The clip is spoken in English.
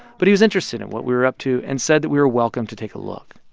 but he was interested in what we were up to and said that we were welcome to take a look.